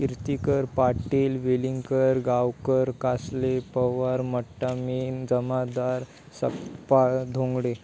Kirtikar Patil Vilinkar Gaonkar Kasle Pawar Mattamin Jamadar Sappal Dhongade